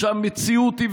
כשהמציאות היא,